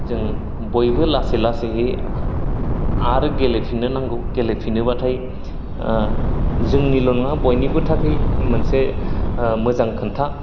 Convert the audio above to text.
जों बयबो लासै लासैयै आरो गेलेफिननो नांगौ गेलेफिनोबाथाय जोंनिल' नोङा बयनिबो थाखै मोनसे ओ मोजां खोथा